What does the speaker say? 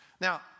Now